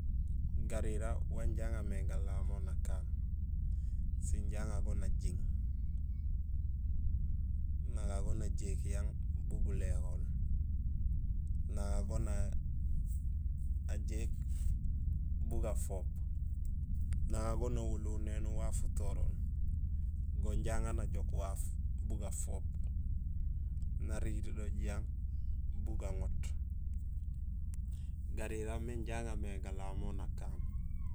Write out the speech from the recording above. Garira wanja aŋa mé galamolï nakaan, sinja aŋa go najing naŋa go najéék yang bu guléhol naŋa go najéék bu gafoop naŋa go nawalohul néni waaf utorol naŋa go naŋa najok waaf bu gafoop nariir do jiyang bu gaŋoot garira mé inja aŋa mé galamol nakaan.